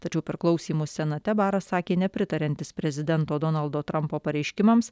tačiau per klausymus senate baras sakė nepritariantis prezidento donaldo trampo pareiškimams